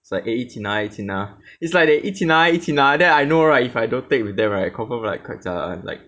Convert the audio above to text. it's like eh 一起拿一起拿 it's like they 一起拿一起拿 then I know right if I don't take with them right confirm like quite jialat [one] like